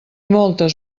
moltes